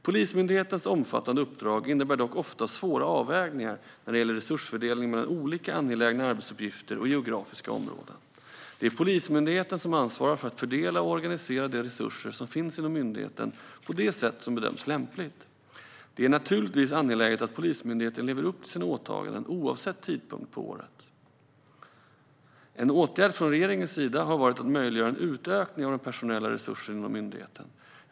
Polismyndighetens omfattande uppdrag innebär dock ofta svåra avvägningar när det gäller resursfördelning mellan olika angelägna arbetsuppgifter och geografiska områden. Det är Polismyndighetens ansvar att fördela och organisera de resurser som finns inom myndigheten på det sätt som bedöms lämpligt. Det är naturligtvis angeläget att Polismyndigheten lever upp till sina åtaganden oavsett tidpunkt på året. En åtgärd från regeringens sida har varit att möjliggöra en utökning av den personella resursen inom myndigheten.